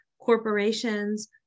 corporations